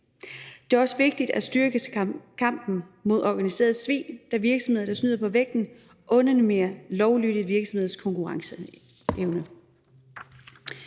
Det er også vigtigt at styrke kampen mod organiseret svig, da virksomheder, der snyder på vægten, underminerer lovlydige virksomheders konkurrenceevne.